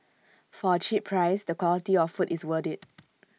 for A cheap price the quality of food is worth IT